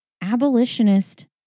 abolitionist